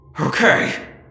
Okay